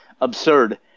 absurd